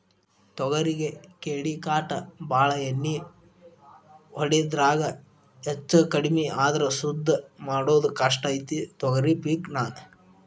ತೊಗರಿಗೆ ಕೇಡಿಕಾಟ ಬಾಳ ಎಣ್ಣಿ ಹೊಡಿದ್ರಾಗ ಹೆಚ್ಚಕಡ್ಮಿ ಆದ್ರ ಸುದ್ದ ಮಾಡುದ ಕಷ್ಟ ಐತಿ ತೊಗರಿ ಪಿಕ್ ನಾ